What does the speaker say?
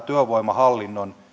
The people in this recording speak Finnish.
työvoimahallinnon